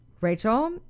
rachel